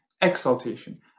exaltation